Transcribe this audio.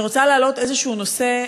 אני רוצה להעלות איזשהו נושא,